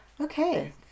okay